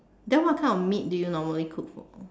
then what kind of meat do you normally cook for